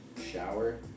shower